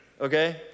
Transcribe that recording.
okay